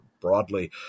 broadly